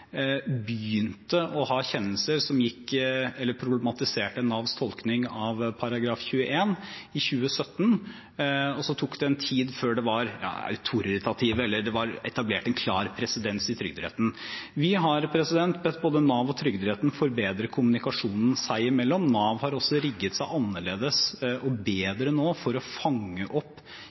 begynte å ha kjennelser som problematiserte Navs tolkning av § 21, i 2017, og så tok det en tid før de var autoritative, eller før det var etablert en klar presedens i Trygderetten. Vi har bedt både Nav og Trygderetten forbedre kommunikasjonen seg imellom. Nav har også rigget seg annerledes og bedre nå for å fange opp